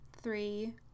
three